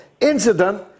Incident